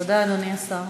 תודה, אדוני השר.